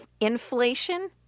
inflation